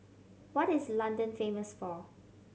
what is London famous for